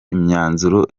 imyanzuro